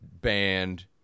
band